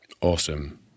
Awesome